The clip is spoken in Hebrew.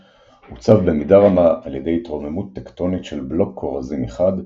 עוצב במידה רבה על ידי התרוממות טקטונית של בלוק כורזים מחד,